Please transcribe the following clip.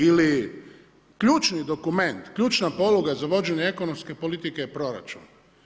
Ili ključni dokument, ključna poluga za vođenje ekonomske politike je proračun.